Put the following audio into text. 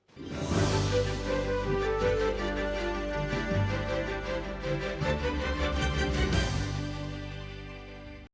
Дякую